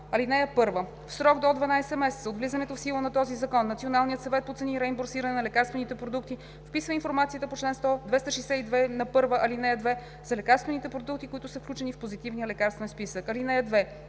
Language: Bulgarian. „§ 71. (1) В срок до 12 месеца от влизането в сила на този закон Националният съвет по цени и реимбурсиране на лекарствените продукти вписва информацията по чл. 262¹, ал. 2 за лекарствените продукти, които са включени в Позитивния лекарствен списък.